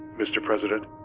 mr. president,